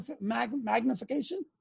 magnification